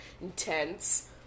intense